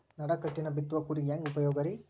ನಡುಕಟ್ಟಿನ ಬಿತ್ತುವ ಕೂರಿಗೆ ಹೆಂಗ್ ಉಪಯೋಗ ರಿ?